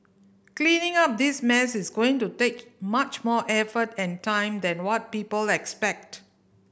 cleaning up this mess is going to take much more effort and time than what people expect